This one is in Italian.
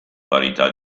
parità